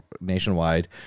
nationwide